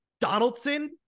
Donaldson